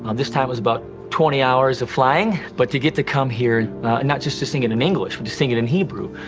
um this time was about twenty hours of flying but to get to come here not just to sing in in english but just sing it in hebrew,